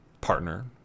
partner